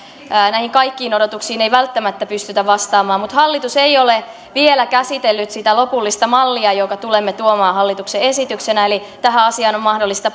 näihin kaikkiin odotuksiin ei välttämättä pystytä vastaamaan mutta hallitus ei ole vielä käsitellyt sitä lopullista mallia jonka tulemme tuomaan hallituksen esityksenä eli tähän asiaan on mahdollista